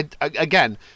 again